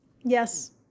Yes